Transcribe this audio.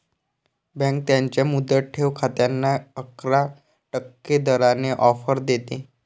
bank त्यांच्या मुदत ठेव खात्यांना अकरा टक्के दराने ऑफर देते